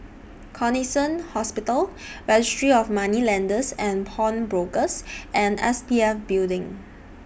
Connexion Hospital Registry of Moneylenders and Pawnbrokers and S P F Building